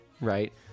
Right